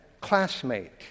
classmate